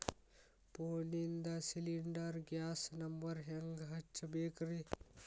ಫೋನಿಂದ cylinder gas number ಹೆಂಗ್ ಹಚ್ಚ ಬೇಕ್ರಿ?